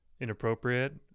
inappropriate